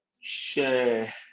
share